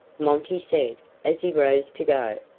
monty said as he rose to go.